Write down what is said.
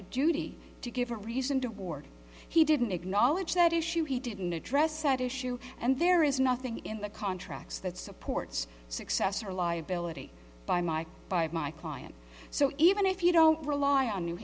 a duty to give a reason to war he didn't acknowledge that issue he didn't address that issue and there is nothing in the contracts that supports success or liability by my by my client so even if you don't rely on new